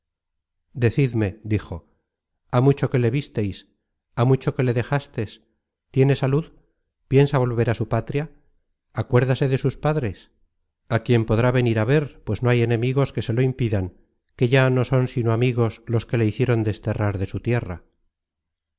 sombra decidme dijo há mucho que le vistes há mucho que le dejastes tiene salud piensa volver á su patria jacuérdase de sus padres á quien podrá venir á ver pues no hay enemigos que se lo impidan que ya no son sino amigos los que le hicieron desterrar de su tierra